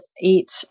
eat